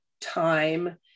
time